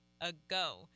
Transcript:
ago